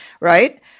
right